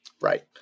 Right